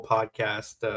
Podcast